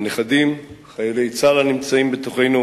הנכדים, חיילי צה"ל הנמצאים בתוכנו